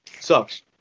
sucks